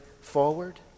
forward